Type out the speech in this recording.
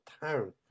town